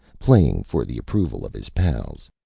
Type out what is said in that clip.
playing for the approval of his pals.